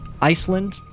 Iceland